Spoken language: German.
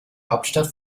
hauptstadt